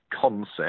concept